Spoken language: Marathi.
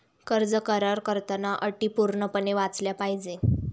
कर्ज करार करताना अटी पूर्णपणे वाचल्या पाहिजे